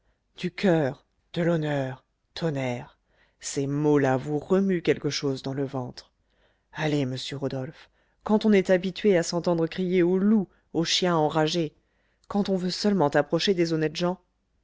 du coeur de l'honneur tonnerre ces mots-là vous remuent quelque chose dans le ventre allez monsieur rodolphe quand on est habitué à s'entendre crier au loup au chien enragé quand on veut seulement approcher des honnêtes gens